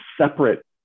separate